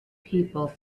people